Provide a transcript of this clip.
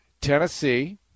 tennessee